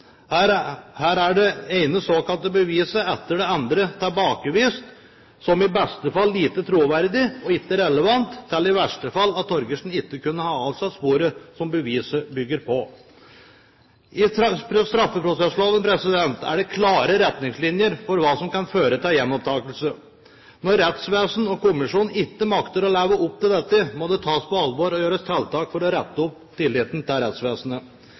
Her er det ene såkalte beviset etter det andre tilbakevist som i beste fall lite troverdig og lite relevant, i verste fall at Torgersen ikke kunne ha avsatt sporet som beviset bygger på. I straffeprosessloven er det klare retningslinjer for hva som kan føre til gjenopptakelse. Når rettsvesenet og kommisjonen ikke makter å leve opp til dette, må det tas på alvor og gjøres tiltak for å rette opp tilliten til rettsvesenet.